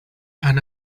and